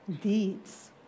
deeds